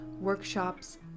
workshops